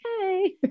okay